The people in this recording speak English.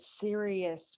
serious